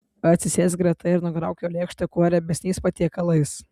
atsisėsk greta ir nukrauk jo lėkštę kuo riebesniais patiekalais